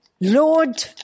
Lord